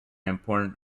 important